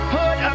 put